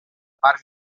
parcs